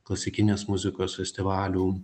klasikinės muzikos festivalių